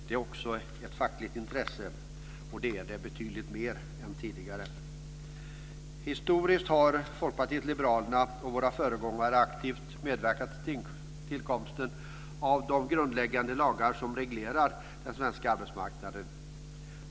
Det är också ett fackligt intresse, och det är det betydligt mer än tidigare. Historiskt har Folkpartiet liberalerna och våra föregångare aktivt medverkat till tillkomsten av de grundläggande lagar som reglerar den svenska arbetsmarknaden.